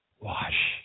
Wash